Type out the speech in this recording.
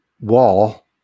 wall